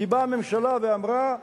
כי באה ממשלה ואמרה: